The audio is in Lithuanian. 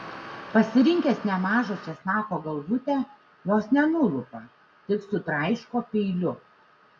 pasirinkęs nemažą česnako galvutę jos nenulupa tik sutraiško peiliu